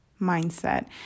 mindset